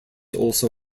also